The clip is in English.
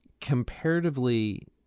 comparatively